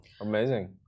Amazing